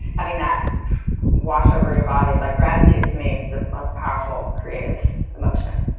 having that wash over your body, like gratitude to me is the most powerful creative emotion